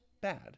bad